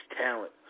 talent